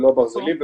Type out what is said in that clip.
לא ברזלים,